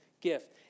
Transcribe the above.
Gift